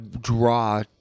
draw